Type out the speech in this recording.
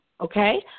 okay